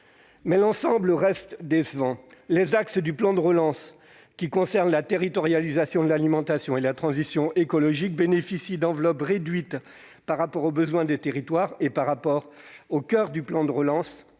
l'ensemble reste décevant. Les axes du plan de relance qui concernent la territorialisation de l'alimentation et la transition écologique bénéficient d'enveloppes réduites par rapport aux besoins des territoires et par rapport au coeur du plan de relance,